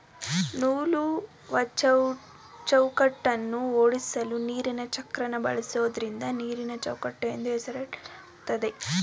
ನೂಲುವಚೌಕಟ್ಟನ್ನ ಓಡ್ಸಲು ನೀರಿನಚಕ್ರನ ಬಳಸೋದ್ರಿಂದ ನೀರಿನಚೌಕಟ್ಟು ಎಂದು ಹೆಸರಿಡಲಾಗಯ್ತೆ